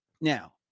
Now